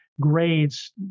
grades